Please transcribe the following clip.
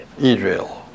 Israel